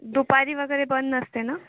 दुपारी वगैरे बंद नसते ना